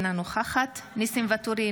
אינה נוכחת ניסים ואטורי,